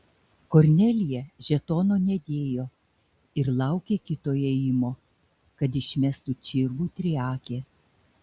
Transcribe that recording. kornelija žetono nedėjo ir laukė kito ėjimo kad išmestų čirvų triakę